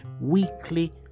weekly